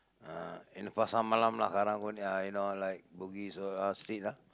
uh in the Pasar-Malam lah karang-guni uh you know like Bugis or out street ah